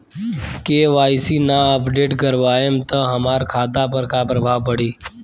KYC ना update करवाएम त हमार खाता पर का प्रभाव पड़ी?